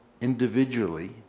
individually